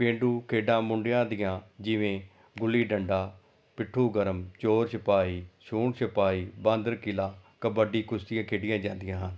ਪੇਂਡੂ ਖੇਡਾਂ ਮੁੰਡਿਆਂ ਦੀਆਂ ਜਿਵੇਂ ਗੁੱਲੀ ਡੰਡਾ ਪਿੱਠੂ ਗਰਮ ਚੋਰ ਸਿਪਾਹੀ ਛੂਣ ਛੁਪਾਈ ਬਾਂਦਰ ਕਿੱਲਾ ਕਬੱਡੀ ਕੁਸ਼ਤੀ ਖੇਡੀਆਂ ਜਾਂਦੀਆਂ ਹਨ